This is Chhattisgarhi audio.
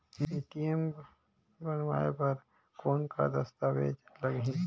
ए.टी.एम बनवाय बर कौन का दस्तावेज लगही?